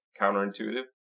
counterintuitive